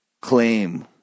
claim